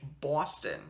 Boston